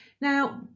Now